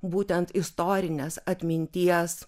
būtent istorinės atminties